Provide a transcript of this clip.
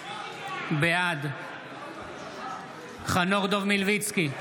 בעד חנוך דב מלביצקי,